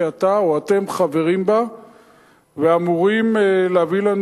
שאתה או אתם חברים בה ואמורים להביא לנו